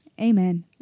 Amen